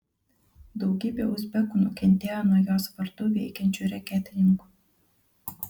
daugybė uzbekų nukentėjo nuo jos vardu veikiančių reketininkų